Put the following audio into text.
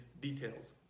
details